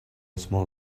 small